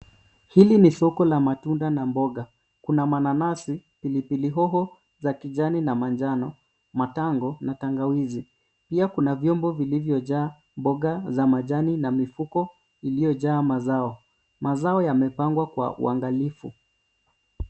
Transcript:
Hili ni soko la matunda na mboga. Kuna mananasi, pilipili hoho za kijani na manjano, matango na tangawizi. Pia kuna vyombo vilivyojaa mboga za majani na mifuko iliyojaa mazao. Mazao yamepangwa kwa uangalifu.